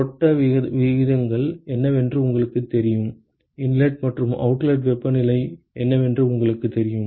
ஓட்ட விகிதங்கள் என்னவென்று உங்களுக்குத் தெரியும் இன்லெட் மற்றும் அவுட்லெட் வெப்பநிலை என்னவென்று உங்களுக்குத் தெரியும்